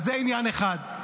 זה עניין אחד.